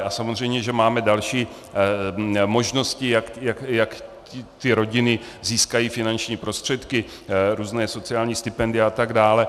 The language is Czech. A samozřejmě máme další možnosti, jak ty rodiny získají finanční prostředky, různá sociální stipendia a tak dále.